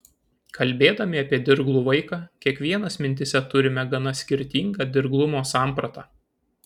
kalbėdami apie dirglų vaiką kiekvienas mintyse turime gana skirtingą dirglumo sampratą